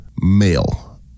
male